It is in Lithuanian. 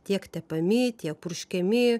tiek tepami tiek purškiami